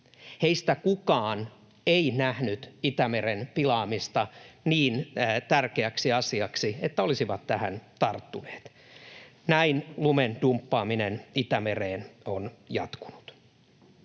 Heistä kukaan ei nähnyt Itämeren pilaamista niin tärkeäksi asiaksi, että olisivat tähän tarttuneet. Näin lumen dumppaaminen Itämereen on jatkunut.